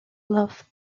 love